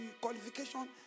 qualification